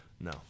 No